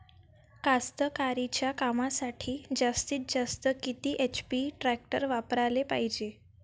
कास्तकारीच्या कामासाठी जास्तीत जास्त किती एच.पी टॅक्टर वापराले पायजे?